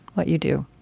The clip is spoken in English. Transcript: what you do?